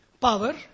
power